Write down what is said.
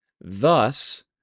Thus